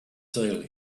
sale